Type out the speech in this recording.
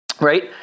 right